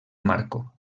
marco